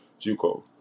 Juco